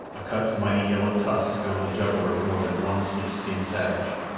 akut's mighty yellow tusks found the jugular of more than one sleek-skinned savage,